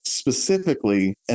specifically